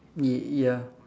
y~ ya